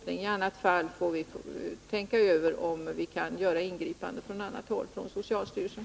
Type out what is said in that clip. I annat fall får vi tänka över om vi kan göra ingripanden från annat håll, t.ex. från socialstyrelsen.